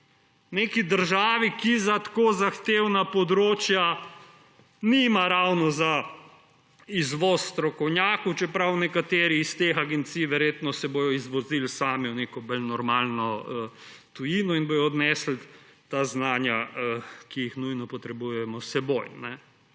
neki državi, ki za tako zahtevna področja nima ravno za izvoz strokovnjakov, čeprav nekateri iz teh agencij se bodo verjetno sami izvozili v neko bolj normalno tujino in bodo odnesli ta znanja, ki jih nujno potrebujemo, s seboj.